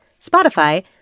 Spotify